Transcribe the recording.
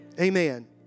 Amen